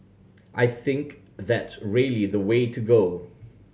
I think that's really the way to go